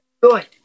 good